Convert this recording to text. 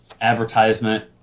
advertisement